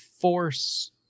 force